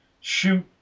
shoot